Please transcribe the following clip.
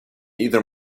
either